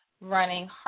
running